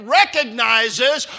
recognizes